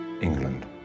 England